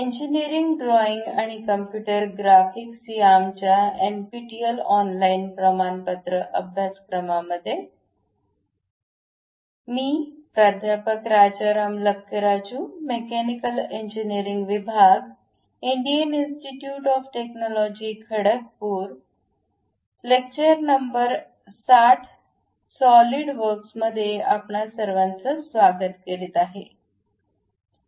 engineering drawing आणि computer graphics या आमच्या NPTEL ऑनलाइन प्रमाणपत्र अभ्यास क्रमामध्ये मी आपणा सर्वांचे स्वागत करतो